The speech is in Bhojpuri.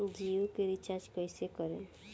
जियो के रीचार्ज कैसे करेम?